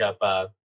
up